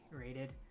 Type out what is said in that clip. rated